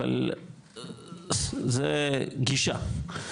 אבל זה גישה.